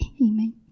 Amen